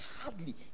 hardly